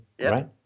right